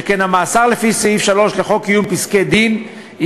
שכן המאסר לפי סעיף 3 לחוק קיום פסקי-דין הוא